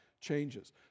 changes